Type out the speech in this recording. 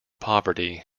poverty